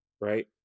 right